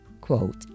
quote